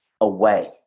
away